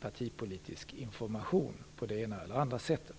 partipolitisk information på det ena eller andra sättet.